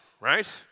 right